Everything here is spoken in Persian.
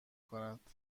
کند